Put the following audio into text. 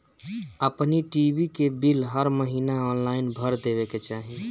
अपनी टी.वी के बिल हर महिना ऑनलाइन भर देवे के चाही